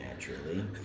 Naturally